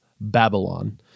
Babylon